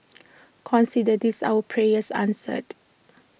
consider this our prayers answered